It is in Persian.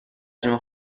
جون